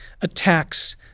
attacks